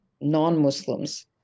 non-Muslims